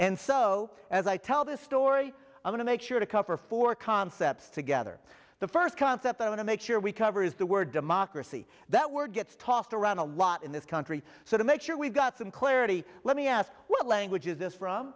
and so as i tell this story i want to make sure to cover for concepts together the first concept i want to make sure we cover is the word democracy that word gets tossed around a lot in this country so to make sure we've got some clarity let me ask what language is this from